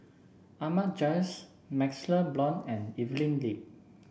Ahmad Jais MaxLe Blond and Evelyn Lip